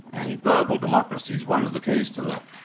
and global democracy is one of the keys to that.